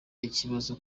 ikibazo